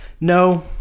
no